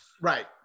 Right